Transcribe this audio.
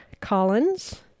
Collins